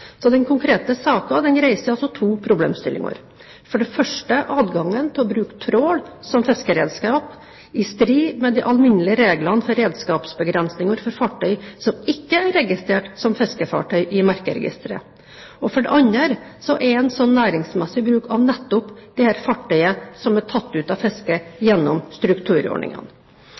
Den konkrete saken reiser altså to problemstillinger: for det første adgangen til å bruke trål som fiskeredskap, i strid med de alminnelige reglene for redskapsbegrensninger for fartøy som ikke er registrert som fiskefartøy i merkeregisteret, og for det andre en slik næringsmessig bruk av nettopp dette fartøyet som er tatt ut av fiske gjennom strukturordningene.